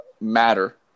matter